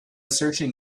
searching